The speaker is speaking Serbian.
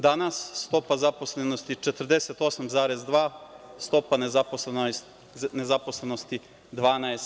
Danas je stopa zaposlenosti 48,2%, a stopa nezaposlenosti 12%